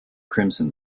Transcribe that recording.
crimson